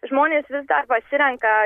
žmonės vis dar pasirenka